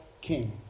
King